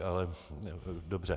Ale dobře.